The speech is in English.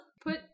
Put